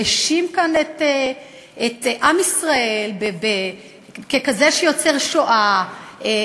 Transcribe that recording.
האשים כאן את עם ישראל ככזה שיוצר שואה,